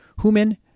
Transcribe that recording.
Human